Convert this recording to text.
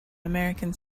american